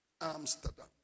Amsterdam